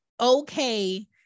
okay